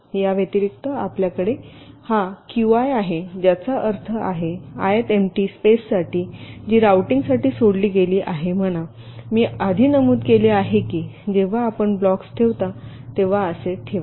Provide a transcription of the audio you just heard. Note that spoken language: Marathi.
याव्यतिरिक्त आमच्याकडे हा Qi आहे ज्याचा अर्थ आहे आयत एम्पटी स्पेससाठी जी रूटिंगसाठी सोडली गेली आहे म्हणा मी आधी नमूद केले आहे की जेव्हा आपण ब्लॉक्स ठेवता तेव्हा असे ठेवा